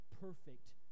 perfect